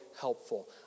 helpful